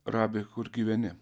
rabi kur gyveni